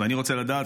ואני רוצה לדעת,